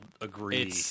agree